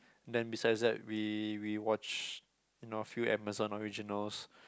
then besides that we we watch you know few Amazon originals